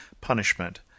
punishment